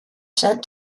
sent